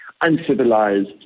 uncivilized